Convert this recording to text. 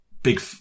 Big